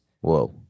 Whoa